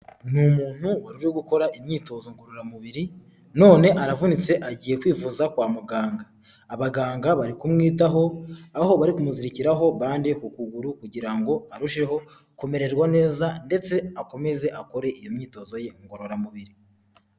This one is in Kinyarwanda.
Ni umuntu wari uri gukora imyitozo ngororamubiri none aravunitse agiye kwifuza kwa muganga, abaganga bari kumwitaho, aho bari kumuzirikiraho bande ku kuguru kugira ngo arusheho kumererwa neza ndetse akomeze akore iyo myitozo ye ngororamubiri.